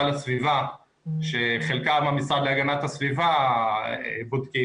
על הסביבה שחלקה המשרד להגנת הסביבה בודק.